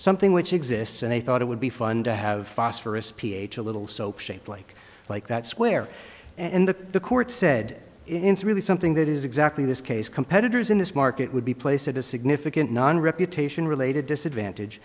something which exists and i thought it would be fun to have phosphorus ph a little soap shaped like like that square and that the court said in really something that is exactly this case competitors in this market would be placed at a significant non reputation related disadvantage